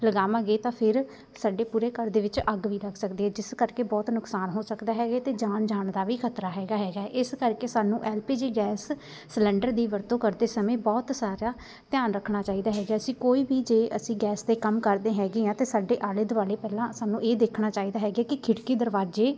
ਲਗਾਵਾਂਗੇ ਤਾਂ ਫਿਰ ਸਾਡੇ ਪੂਰੇ ਘਰ ਦੇ ਵਿੱਚ ਅੱਗ ਵੀ ਲੱਗ ਸਕਦੀ ਹੈ ਜਿਸ ਕਰਕੇ ਬਹੁਤ ਨੁਕਸਾਨ ਹੋ ਸਕਦਾ ਹੈਗਾ ਹੈ ਅਤੇ ਜਾਨ ਜਾਣ ਦਾ ਵੀ ਖਤਰਾ ਹੈਗਾ ਹੈਗਾ ਹੈ ਇਸ ਕਰਕੇ ਸਾਨੂੰ L P G gas cylinder ਦੀ ਵਰਤੋਂ ਕਰਦੇ ਸਮੇਂ ਬਹੁਤ ਸਾਰਾ ਧਿਆਨ ਰੱਖਣਾ ਚਾਹੀਦਾ ਹੈਗਾ ਹੈ ਅਸੀਂ ਕੋਈ ਵੀ ਜੇ ਅਸੀਂ ਗੈਸ ਦੇ ਕੰਮ ਕਰਦੇ ਹੈਗੇ ਹਾਂ ਅਤੇ ਸਾਡੇ ਆਲੇ ਦੁਆਲੇ ਪਹਿਲਾਂ ਸਾਨੂੰ ਇਹ ਦੇਖਣਾ ਚਾਹੀਦਾ ਹੈ ਹੈਗਾ ਹੈ ਕਿ ਖਿੜਕੀ ਦਰਵਾਜੇ